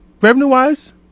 Revenue-wise